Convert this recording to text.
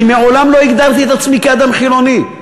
אני מעולם לא הגדרתי את עצמי אדם חילוני,